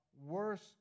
worse